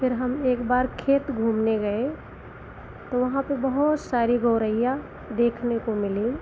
फिर हम एक बार खेत घूमने गए तो वहाँ पर बहुत सारी गौरैया देखने को मिलीं